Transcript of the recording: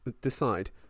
decide